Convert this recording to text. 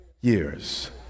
years